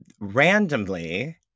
randomly